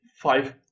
five